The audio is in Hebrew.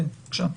בבקשה.